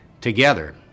together